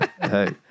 hey